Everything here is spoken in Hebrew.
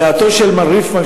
דעתו של מר ריפמן,